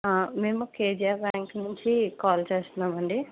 ఆ మేము కేజియా బ్యాంక్ నుంచి కాల్ చేస్తున్నామండి